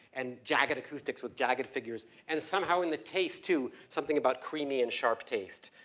and jagged acoustics with jagged figures. and somehow in the taste too, something about creamy and sharp taste.